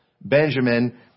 Benjamin